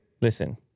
listen